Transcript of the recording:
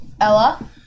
Ella